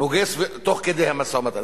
נוגס תוך כדי המשא-ומתן.